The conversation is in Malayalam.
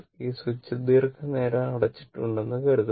ഈ സ്വിച്ച് ദീർഘനേരം അടച്ചിട്ടുണ്ടെന്ന് കരുതുന്നു